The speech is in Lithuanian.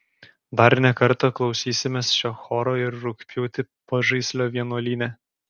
dar ne kartą klausysimės šio choro ir rugpjūtį pažaislio vienuolyne